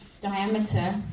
diameter